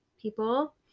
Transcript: people